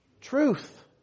truth